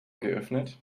geöffnet